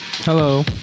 Hello